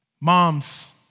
moms